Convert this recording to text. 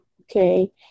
Okay